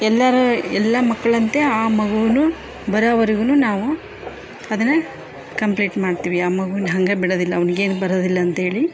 ಎಲ್ಲರೂ ಎಲ್ಲ ಮಕ್ಕಳಂತೆ ಆ ಮಗುನೂ ಬರೋವರ್ಗುನೂ ನಾವು ಅದನ್ನು ಕಂಪ್ಲೀಟ್ ಮಾಡ್ತೀವಿ ಆ ಮಗುನ ಹಾಗೆ ಬಿಡೋದಿಲ್ಲ ಅವ್ನಿಗೇನು ಬರೋದಿಲ್ಲ ಅಂತೇಳಿ